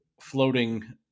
floating